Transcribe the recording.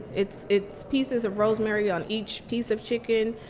it's it's pieces of rosemary on each piece of chicken.